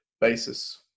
basis